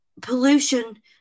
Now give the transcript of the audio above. pollution